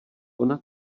ona